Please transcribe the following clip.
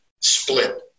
split